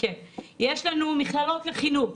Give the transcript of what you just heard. יש לנו מכללות לחינוך: